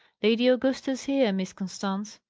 lady augusta's here, miss constance.